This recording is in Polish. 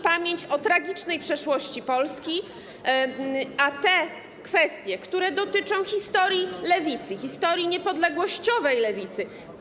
Pamięć o tragicznej przeszłości Polski, a te kwestie, które dotyczą historii lewicy, historii niepodległościowej lewicy.